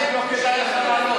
אנחנו יכולים להקשיב,